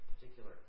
particular